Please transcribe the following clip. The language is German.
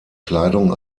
kleidung